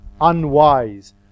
unwise